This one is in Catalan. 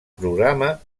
programa